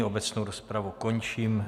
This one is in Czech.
Obecnou rozpravu končím.